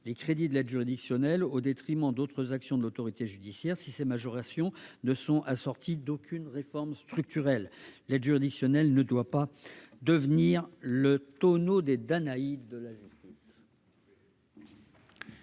les crédits de l'aide juridictionnelle, au détriment d'autres actions de l'autorité judiciaire, si ces majorations ne s'accompagnent d'aucune réforme structurelle. L'aide juridictionnelle ne doit pas devenir le tonneau des Danaïdes de la justice